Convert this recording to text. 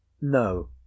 no